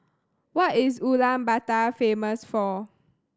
what is Ulaanbaatar famous for